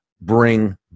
bring